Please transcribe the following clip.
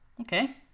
Okay